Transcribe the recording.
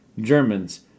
Germans